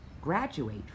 graduate